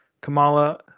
Kamala